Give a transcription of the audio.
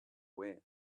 way